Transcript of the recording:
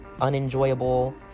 unenjoyable